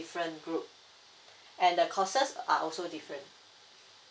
different group and the courses are also different